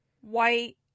white